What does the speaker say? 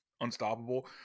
unstoppable